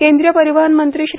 केंद्रीय परिवहन मंत्री श्री